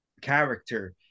character